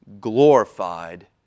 glorified